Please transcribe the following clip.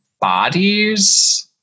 bodies